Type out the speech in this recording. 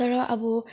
तर अब